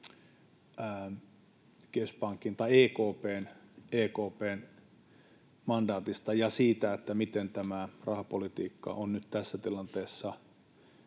EKP:n mandaatista ja siitä, miten tämä rahapolitiikka on nyt tässä tilanteessa